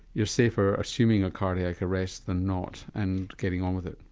you're safer assuming a cardiac arrest than not, and getting on with it?